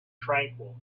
tranquil